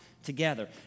Together